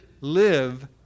live